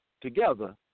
together